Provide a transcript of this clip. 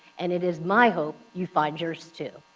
and it is my hope you find yours too.